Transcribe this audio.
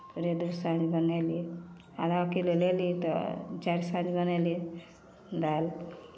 ओकरे दोसर दिन बनेलियै आधा किलो लेली तऽ चारि साँझ बनयली दालि